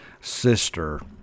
sister